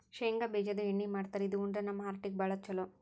ಶೇಂಗಾ ಬಿಜಾದು ಎಣ್ಣಿ ಮಾಡ್ತಾರ್ ಇದು ಉಂಡ್ರ ನಮ್ ಹಾರ್ಟಿಗ್ ಭಾಳ್ ಛಲೋ